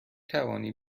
توانی